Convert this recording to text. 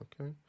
Okay